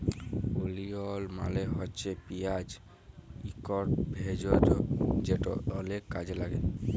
ওলিয়ল মালে হছে পিয়াঁজ ইকট ভেষজ যেট অলেক কাজে ল্যাগে